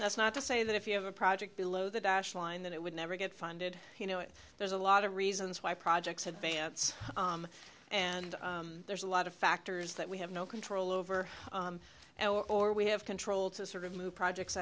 that's not to say that if you have a project below the dash line that it would never get funded you know there's a lot of reasons why projects advance and there's a lot of factors that we have no control over or we have control to sort of move projects